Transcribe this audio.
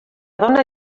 dona